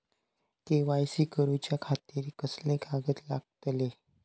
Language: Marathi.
के.वाय.सी करूच्या खातिर कसले कागद लागतले?